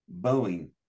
Boeing